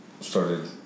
started